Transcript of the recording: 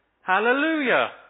Hallelujah